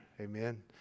Amen